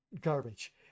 garbage